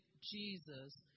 jesus